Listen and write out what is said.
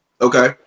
Okay